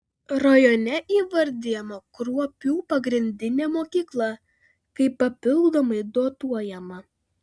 rajone įvardijama kruopių pagrindinė mokykla kaip papildomai dotuojama